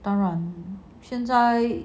现在